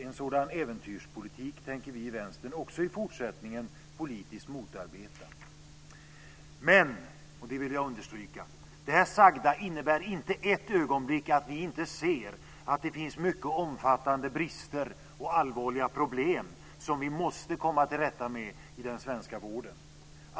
En sådan äventyrspolitik tänker vi i Vänstern också i fortsättningen motarbeta politiskt. Jag vill understryka att det sagda inte innebär ett ögonblick att vi inte ser att det finns mycket omfattande brister och omfattande problem som vi måste komma till rätta med i den svenska vården.